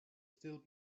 still